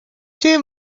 two